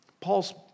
Paul's